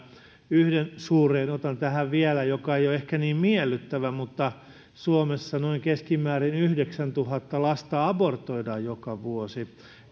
yhden suureen otan tähän vielä joka ei ole ehkä niin miellyttävä suomessa noin keskimäärin yhdeksäntuhatta lasta abortoidaan joka vuosi